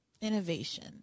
Innovation